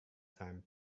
time